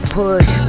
push